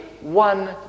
one